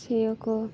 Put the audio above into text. ᱪᱷᱮᱭᱚ ᱠᱚ